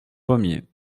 pommiers